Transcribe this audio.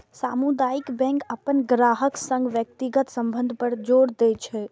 सामुदायिक बैंक अपन ग्राहकक संग व्यक्तिगत संबंध पर जोर दै छै